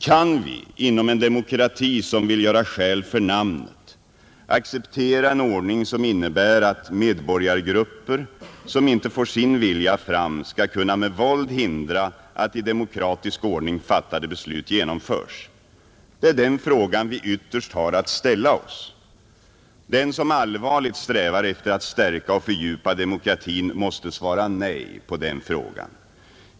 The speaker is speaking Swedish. Kan vi inom en demokrati som vill göra skäl för namnet acceptera en ordning som innebär att medborgargrupper, som inte får sin vilja fram, skall kunna med våld hindra att i demokratisk ordning fattade beslut genomförs? Det är den frågan vi ytterst har att ställa oss. Den som allvarligt strävar efter att stärka och fördjupa demokratin måste svara nej på den frågan.